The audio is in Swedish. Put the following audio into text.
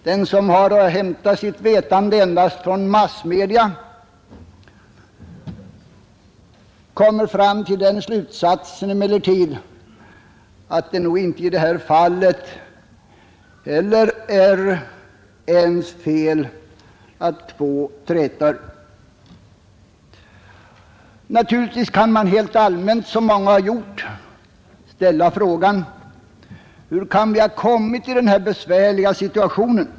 Den som har att hämta sitt vetande endast från massmedia kommer emellertid fram till den slutsatsen att det nog inte heller i detta fall är ens fel att två träter. Naturligtvis kan man helt allmänt, som många har gjort, ställa frågan hur vi kan ha råkat komma i den här besvärliga situationen.